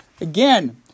Again